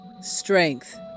Strength